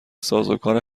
سازوکار